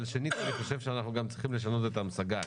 אבל אני חושב שאנחנו צריכים לשנות את דרך השימוש בעולם המושגים.